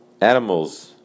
animals